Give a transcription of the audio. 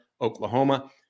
Oklahoma